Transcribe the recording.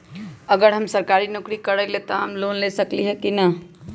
अगर हम सरकारी नौकरी करईले त हम लोन ले सकेली की न?